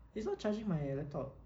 it's not charging my laptop